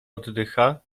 oddycha